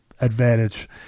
advantage